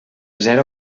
zero